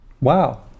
wow